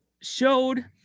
showed